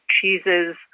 cheeses